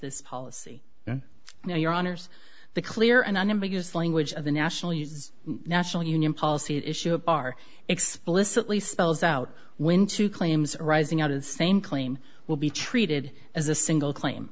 this policy now your honour's the clear and unambiguous language of the national uses national union policy issue a bar explicitly spells out when two claims arising out of the same claim will be treated as a single claim